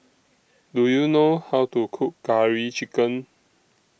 Do YOU know How to Cook Curry Chicken